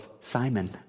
Simon